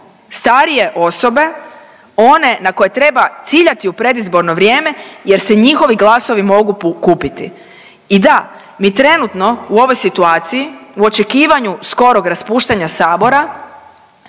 starije osobe one na koje treba ciljati u predizborno vrijeme jer se njihovi glasovi mogu kupiti. I da, mi trenutno u ovoj situaciji u očekivanju skorog raspuštanja sabora